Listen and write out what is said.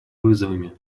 вызовами